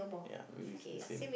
ya maybe it's the same